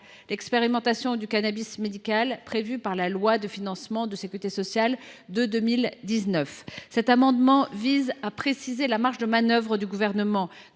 l’expérimentation du cannabis médical prévue par la loi de financement de la sécurité sociale de 2019. Cet amendement vise à préciser la marge de manœuvre du Gouvernement